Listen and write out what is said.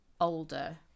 older